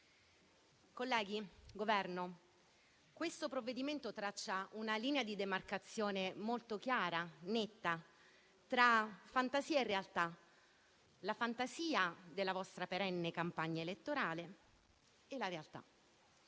Presidente, questo provvedimento traccia una linea di demarcazione molto chiara, netta, tra fantasia e realtà: la fantasia della vostra perenne campagna elettorale e la realtà,